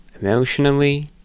emotionally